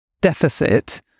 deficit